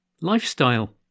Lifestyle